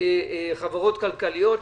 חברות כלכליות,